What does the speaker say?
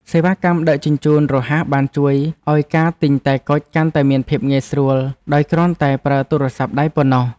សេវាកម្មដឹកជញ្ជូនរហ័សបានជួយឱ្យការទិញតែគុជកាន់តែមានភាពងាយស្រួលដោយគ្រាន់តែប្រើទូរស័ព្ទដៃប៉ុណ្ណោះ។